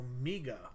Omega